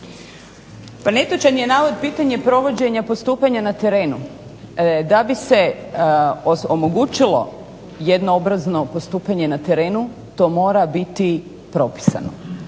Pa netočan je navod pitanje provođenja postupanja na terenu. Da bi se omogućilo jednoobrazno postupanje na terenu to mora biti propisano,